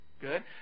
Good